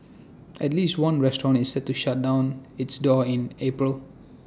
at least one restaurant is set to shut down its doors in April